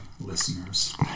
listeners